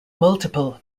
multiple